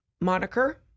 moniker